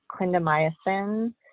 clindamycin